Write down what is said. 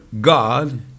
God